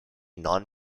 non